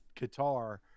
qatar